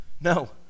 No